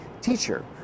Teacher